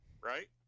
Right